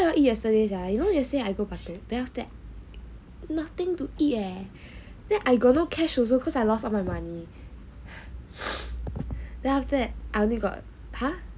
what you all eat yesterday sia you know yesterday I go pasir ris then after that nothing eat leh then I got no cash also cause I lost all my money then after that I only got !huh!